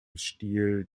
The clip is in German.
stil